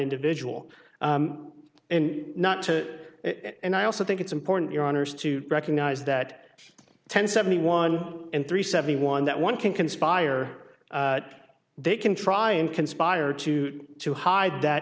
individual and not to and i also think it's important your honour's to recognize that ten seventy one and three seventy one that one can conspire they can try and conspire to to hide that